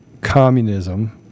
communism